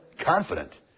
confident